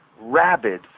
rabid